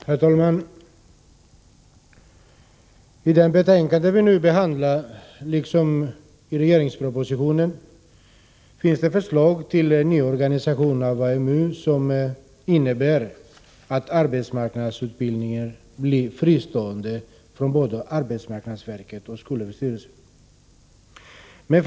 Herr talman! I det betänkande vi nu behandlar liksom i regeringspropositionen finns förslag till nyorganisation av AMU som innebär att arbetsmarknadsutbildningen blir fristående från både arbetsmarknadsverket och skolöverstyrelsen.